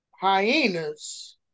hyenas